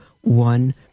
one